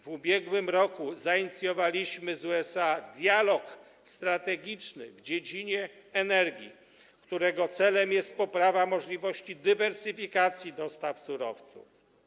W ubiegłym roku zainicjowaliśmy z USA dialog strategiczny w dziedzinie energii, którego celem jest poprawa możliwości dywersyfikacji dostaw surowców.